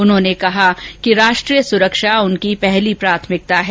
उन्होंने कहा कि राष्ट्रीय सुरक्षा उनकी प्राथमिकता है